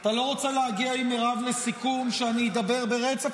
אתה לא רוצה להגיע עם מירב לסיכום שאני אדבר ברצף?